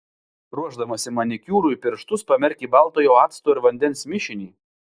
ruošdamasi manikiūrui pirštus pamerk į baltojo acto ir vandens mišinį